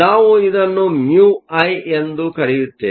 ನಾವು ಇದನ್ನು ಮ್ಯೂಐμi ಎಂದು ಕರೆಯುತ್ತೇವೆ